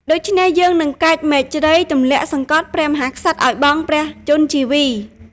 ដូច្នេះ យើងនឹងកាច់មែកជ្រៃទម្លាក់សង្កត់មហាក្សត្រឱ្យបង់ព្រះជន្មជីវី។